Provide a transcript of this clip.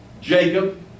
Jacob